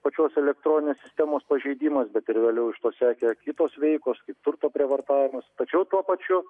pačios elektroninės sistemos pažeidimas bet ir vėliau iš to sekė kitos veikos kaip turto prievartavimas tačiau tuo pačiu